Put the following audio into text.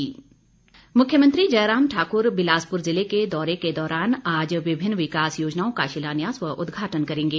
मुख्यमंत्री मुख्यमंत्री जयराम ठाक्र बिलासप्र जिले के दौरे के दौरान आज विभिन्न विकास योजनाओं का शिलान्यास व उदघाटन करेंगे